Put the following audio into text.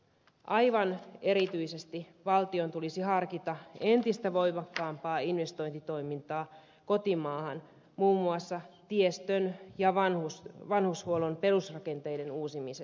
aivan erityisesti valtion tulisi harkita entistä voimakkaampaa investointitoimintaa kotimaahan muun muassa tiestön ja vanhushuollon perusrakenteiden uusimisessa